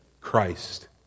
Christ